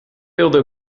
wilde